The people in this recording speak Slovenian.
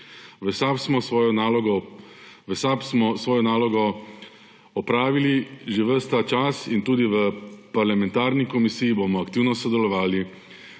V SAB smo svojo nalogo opravljali že ves ta čas in tudi v parlamentarni komisiji bomo aktivno sodelovali,